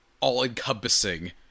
all-encompassing